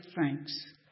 thanks